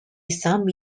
some